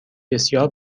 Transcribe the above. بسیار